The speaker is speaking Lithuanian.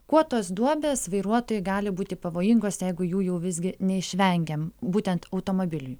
kuo tos duobės vairuotojui gali būti pavojingos jeigu jų visgi neišvengiam būtent automobiliui